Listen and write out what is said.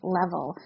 level